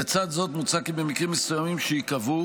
לצד זאת, מוצע כי במקרים מסוימים שייקבעו,